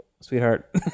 sweetheart